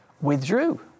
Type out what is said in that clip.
withdrew